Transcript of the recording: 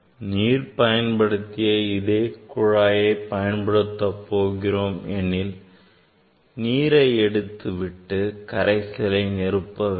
நீர் பயன்படுத்திய அதே குழாயை பயன்படுத்த போகிறோம் எனில் நீரை எடுத்து விட்டு கரைசலை நிரப்ப வேண்டும்